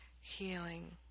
healing